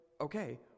okay